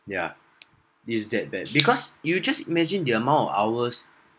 yeah it's that bad because you just imagine the amount of hours